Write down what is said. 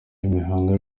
imihango